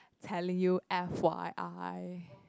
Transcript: telling you f_y_i